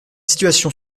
situation